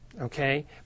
Okay